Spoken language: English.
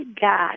God